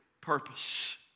purpose